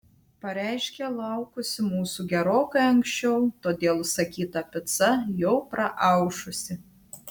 pareiškė laukusi mūsų gerokai anksčiau todėl užsakyta pica jau praaušusi